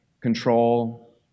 control